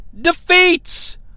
defeats